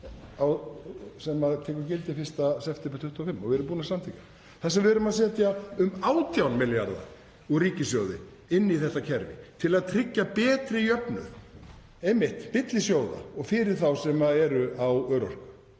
sem tekur gildi 1. september 2025 og við erum búin að samþykkja, þar sem við erum að setja um 18 milljarða úr ríkissjóði inn í þetta kerfi til að tryggja betri jöfnuð, einmitt milli sjóða og fyrir þá sem eru á örorku.